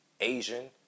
Asian